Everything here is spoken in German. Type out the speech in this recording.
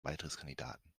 beitrittskandidaten